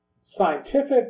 scientific